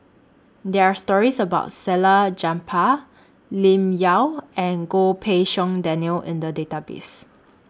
There Are stories about Salleh Japar Lim Yau and Goh Pei Siong Daniel in The Database